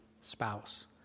spouse